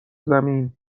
زمین